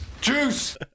juice